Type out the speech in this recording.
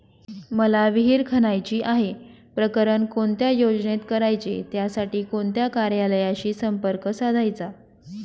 मला विहिर खणायची आहे, प्रकरण कोणत्या योजनेत करायचे त्यासाठी कोणत्या कार्यालयाशी संपर्क साधायचा?